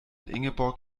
ingeborg